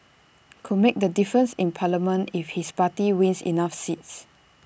could make the difference in parliament if his party wins enough seats